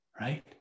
right